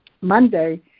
Monday